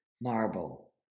marble